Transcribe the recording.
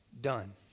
done